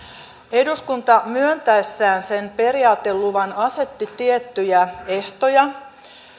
eduskunta myöntäessään sen periaateluvan asetti tiettyjä ehtoja